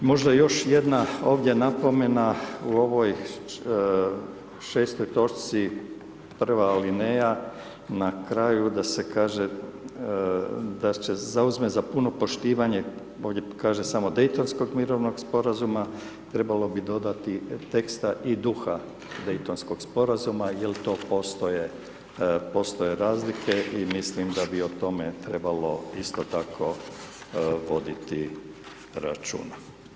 Možda još jedna ovdje napomena u ovoj 6. točci, 1. alineja, na kraju da se kaže da se zauzme za puno poštivanje, ovdje kaže samo Daytonskog mirovnog sporazuma, trebalo bi dodati i teksta „i duha Daytonskog sporazuma“ jer to postoje razlike i mislim da bi o tome trebalo isto tako voditi računa.